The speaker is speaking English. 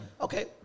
okay